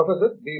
professor B